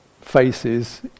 faces